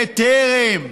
בטרם.